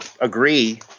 agree